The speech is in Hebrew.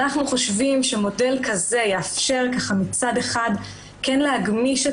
אנחנו חושבים שמודל כזה יאפשר מצד אחד להגמיש את